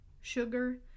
sugar